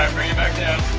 um bring it back down.